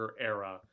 era